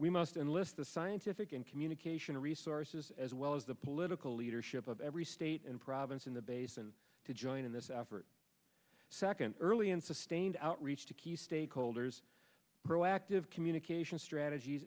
we must enlist the scientific and communication resources as well as the political leadership of every state and province in the basin to join in this effort second early and sustained outreach to key stakeholders proactive communication strategies